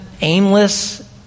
aimless